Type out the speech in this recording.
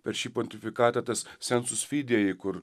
per šį pontifikatą tas sensus fidieji kur